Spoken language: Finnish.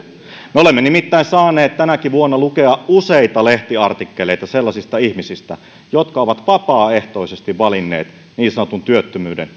me olemme nimittäin saaneet tänäkin vuonna lukea useita lehtiartikkeleita sellaisista ihmisistä jotka ovat vapaaehtoisesti valinneet niin sanotun työttömyyden